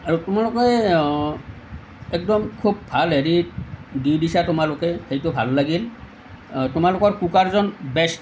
আৰু তোমালোকে একদম খুব ভাল হেৰিত দি দিছা তোমালোকে সেইটো ভাল লাগিল তোমালোকৰ কুকাৰজন বেস্ট